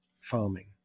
farming